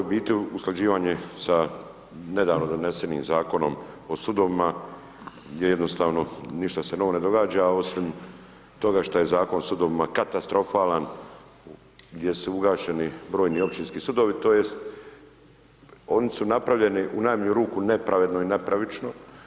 Ovo je u biti, usklađivanje sa nedavno donesenim Zakonom o sudovima, gdje jednostavno, ništa se novo ne događa, osim toga što je Zakon o sudovima katastrofalan, gdje su ugašeni brojni općinski sudovi tj. oni su napravljeni u najmanju ruku nepravedno i nepravično.